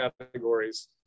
categories